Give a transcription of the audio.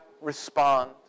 respond